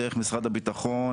דרך משרד הביטחון,